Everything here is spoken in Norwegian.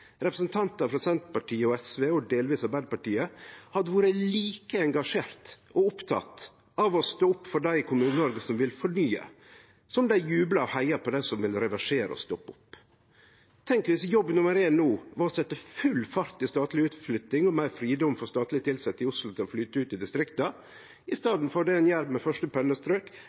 representantar frå Senterpartiet og SV og delvis Arbeidarpartiet hadde vore like engasjerte og opptekne av å stå opp for dei i Kommune-Noreg som vil fornye, som dei er av å juble for og heie på dei som vil reversere og stoppe opp. Tenk om jobb nummer éin no var å setje full fart i statleg utflytting og meir fridom for statleg tilsette i Oslo til å flytte ut i distrikta, i staden for det ein gjer med første pennestrøk,